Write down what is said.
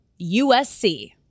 USC